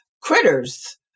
critters